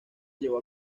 llevó